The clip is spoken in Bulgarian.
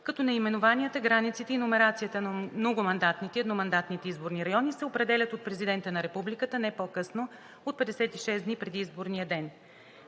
като наименованията, границите и номерацията на многомандатните и едномандатните изборни райони се определят от Президента на Републиката не по-късно от 56 дни преди изборния ден.